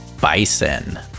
Bison